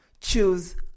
Choose